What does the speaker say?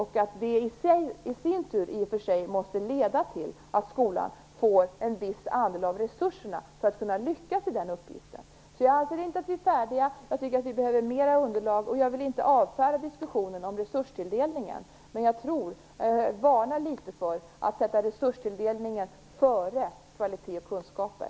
Det i sin tur måste i och för sig leda till att skolan får en viss andel av resurserna för att kunna lyckas i den uppgiften. Jag anser alltså inte att vi är färdiga. Jag tycker att vi behöver mer underlag. Och jag vill inte avfärda diskussionen om resurstilldelningen, men jag varnar litet för att man sätter resurstilldelningen före kvalitet och kunskaper.